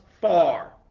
far